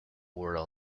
were